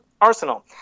arsenal